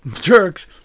jerks